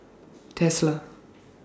Tesla